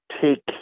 take